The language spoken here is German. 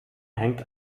hängt